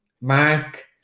Mark